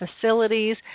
facilities